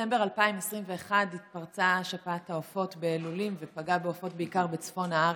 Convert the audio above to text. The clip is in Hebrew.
בדצמבר 2021 התפרצה שפעת העופות בלולים ופגעה בעופות בעיקר בצפון הארץ.